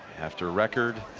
after record,